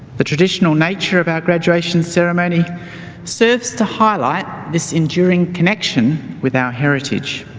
the traditional nature of our graduation ceremony serves to highlight this enduring connection with our heritage.